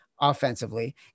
offensively